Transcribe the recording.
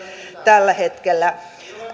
tällä hetkellä